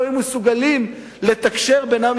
לא היו מסוגלים לתקשר ביניהם,